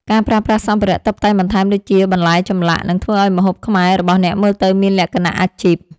ការប្រើប្រាស់សម្ភារៈតុបតែងបន្ថែមដូចជា បន្លែចម្លាក់ នឹងធ្វើឱ្យម្ហូបខ្មែររបស់អ្នកមើលទៅមានលក្ខណៈអាជីព។